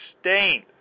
stained